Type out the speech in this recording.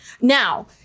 now